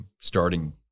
starting